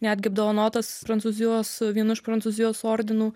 netgi apdovanotas prancūzijos vienu iš prancūzijos ordinų